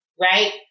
right